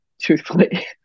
truthfully